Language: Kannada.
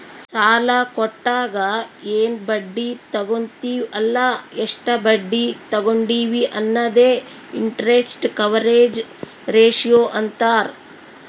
ಸಾಲಾ ಕೊಟ್ಟಾಗ ಎನ್ ಬಡ್ಡಿ ತಗೋತ್ತಿವ್ ಅಲ್ಲ ಎಷ್ಟ ಬಡ್ಡಿ ತಗೊಂಡಿವಿ ಅನ್ನದೆ ಇಂಟರೆಸ್ಟ್ ಕವರೇಜ್ ರೇಶಿಯೋ ಅಂತಾರ್